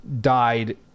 died